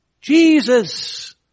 Jesus